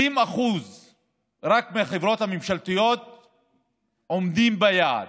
רק 20% מהחברות הממשלתיות עומדות ביעד,